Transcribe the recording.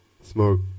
Smoke